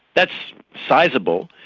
that's sizeable,